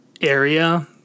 area